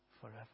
forever